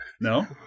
No